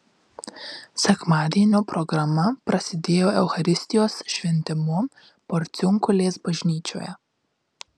sekmadienio programa prasidėjo eucharistijos šventimu porciunkulės bažnyčioje